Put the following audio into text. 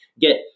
get